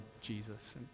Jesus